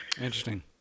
interesting